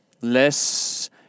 less